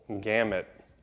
gamut